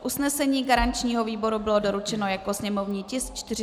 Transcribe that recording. Usnesení garančního výboru bylo doručeno jako sněmovní tisk 154/3.